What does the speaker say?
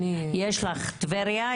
יש לך טבריה,